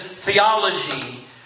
theology